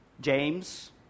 James